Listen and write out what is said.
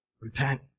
Repent